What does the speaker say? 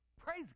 Praise